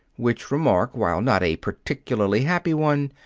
which remark, while not a particularly happy one,